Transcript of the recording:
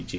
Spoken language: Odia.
ହୋଇଛି